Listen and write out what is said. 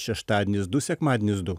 šeštadienis du sekmadienius du